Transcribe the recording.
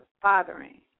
fathering